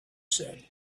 said